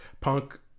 punk